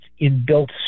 inbuilt